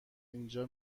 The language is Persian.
اینجا